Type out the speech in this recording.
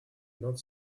not